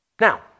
Now